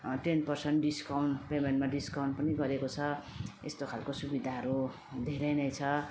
ten percent discount पेमेन्टमा discount पनि गरेको छ यस्तो खालको सुविधाहरू धेरै नै छ